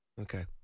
Okay